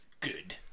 Good